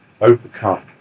overcome